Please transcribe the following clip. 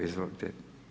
Izvolite.